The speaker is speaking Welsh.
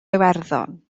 iwerddon